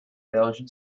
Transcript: belgian